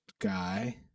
guy